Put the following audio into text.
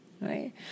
right